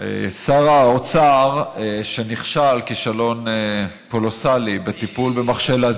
שר האוצר שנכשל כישלון קולוסלי בטיפול, מי?